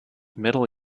middle